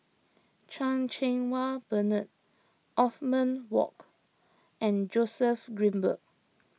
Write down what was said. Chan Cheng Wah Bernard Othman Wok and Joseph Grimberg